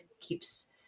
keeps